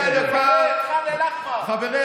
ועכשיו אני אדלג בשבילך, אדוני.